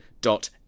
dot